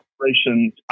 operations